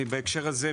בהקשר הזה,